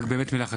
רק מילה אחת.